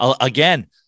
again